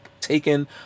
taken